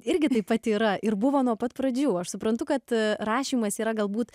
irgi taip pat yra ir buvo nuo pat pradžių aš suprantu kad rašymas yra galbūt